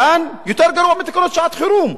כאן זה יותר גרוע מתקנות לשעת-חירום.